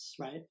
right